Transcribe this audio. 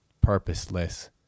purposeless